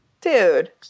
Dude